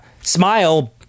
Smile